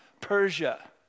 Persia